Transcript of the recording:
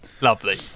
Lovely